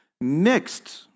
mixed